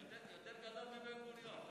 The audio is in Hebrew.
הלוויה הגדולה בתולדות עם ישראל.